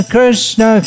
Krishna